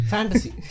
Fantasy